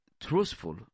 truthful